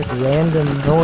randomness.